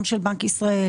גם של בנק ישראל,